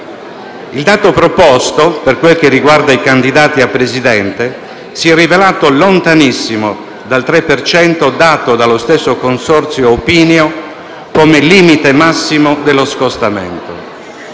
Il dato proposto, per quel che riguarda i candidati a Presidente, si è rivelato lontanissimo dal 3 per cento dato dallo stesso Consorzio Opinio come limite massimo dello scostamento.